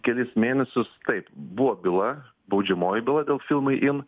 kelis mėnesius taip buvo byla baudžiamoji byla dėl filmai in